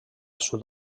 sud